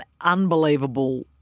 unbelievable